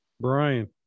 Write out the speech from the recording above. Brian